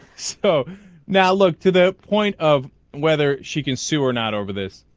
sfo now look to that point of whether she can see were not over this